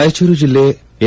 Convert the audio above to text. ರಾಯಚೂರು ಜಿಲ್ಲೆ ಎಸ್